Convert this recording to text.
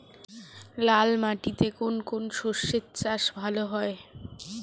লাল মাটিতে কোন কোন শস্যের চাষ ভালো হয়?